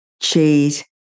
cheese